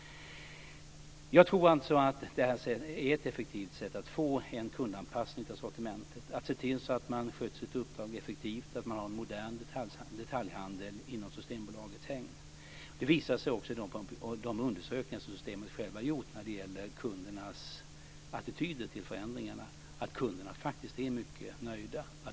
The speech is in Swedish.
Jag tror alltså att detta är ett effektivt sätt att se till att få en kundanpassning av sortimentet och att se till att man sköter sitt uppdrag effektivt och har en modern detaljhandel inom Systembolagets hägn. Det visar sig också i de undersökningar som Systemet självt har gjort när det gäller kundernas attityder till förändringarna att kunderna är mycket nöjda.